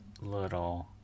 little